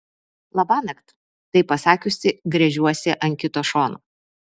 labanakt tai pasakiusi gręžiuosi ant kito šono